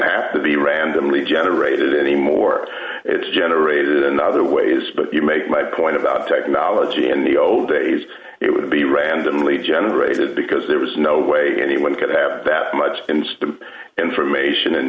the randomly generated anymore it's generated in other ways but you make my point about technology in the old days it would be randomly generated because there was no way anyone could have that much information and